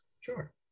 Sure